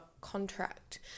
contract